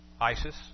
ISIS